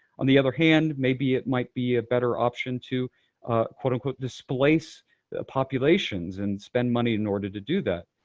on the other hand, maybe it might be a better option to quote unquote displace populations and spend money in order to do that.